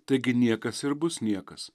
taigi niekas ir bus niekas